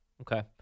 Okay